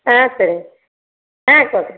ஆ சேரிங்க ஆ சொல்றேன்